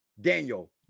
Daniel